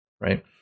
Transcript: Right